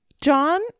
John